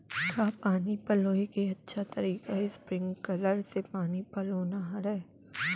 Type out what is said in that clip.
का पानी पलोय के अच्छा तरीका स्प्रिंगकलर से पानी पलोना हरय?